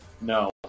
No